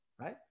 right